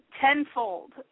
tenfold